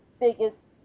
biggest